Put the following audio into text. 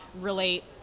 relate